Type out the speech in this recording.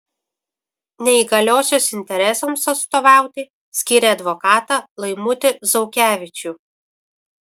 neįgaliosios interesams atstovauti skyrė advokatą laimutį zaukevičių